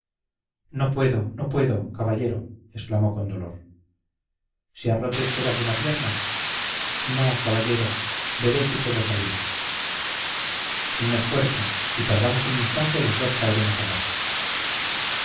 no puedo no puedo caballero exclamó con dolor se ha roto usted alguna pierna no caballero veré si puedo salir un esfuerzo si tardamos un instante los dos caeremos abajo